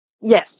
yes